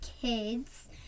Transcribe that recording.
kids